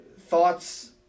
thoughts